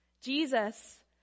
Jesus